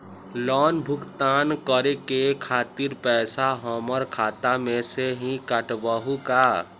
Loan भुगतान करे के खातिर पैसा हमर खाता में से ही काटबहु का?